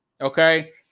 Okay